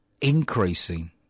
increasing